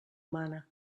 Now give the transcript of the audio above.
mana